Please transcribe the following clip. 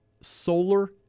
solar